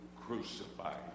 crucified